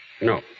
No